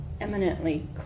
eminently